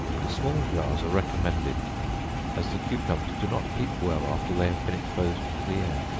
the small jars are recommended as the cucumbers do not keep well after they have been exposed to the air.